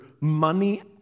money